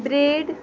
bread